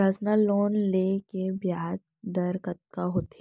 Personal loan ले के ब्याज दर कतका होथे?